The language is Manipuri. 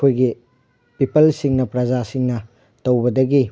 ꯑꯩꯈꯣꯏꯒꯤ ꯄꯤꯄꯜꯁꯤꯡꯅ ꯄ꯭ꯔꯖꯥꯁꯤꯡꯅ ꯇꯧꯕꯗꯒꯤ